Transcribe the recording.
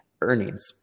earnings